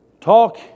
talk